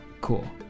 cool